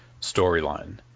storyline